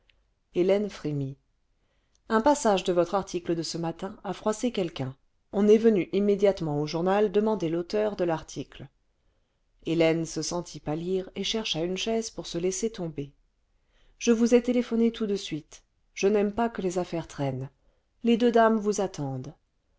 hélène frémit un passage de votre article de ce matin a froissé quelqu'un on est venu immédiatement au journal demander l'auteur de l'article hélène se sentit pâlir et chercha une chaise pour se laisser tomber je vous ai téléphoné tout de suite je n'aime pas que les affaires traînent les deux dames vous attendent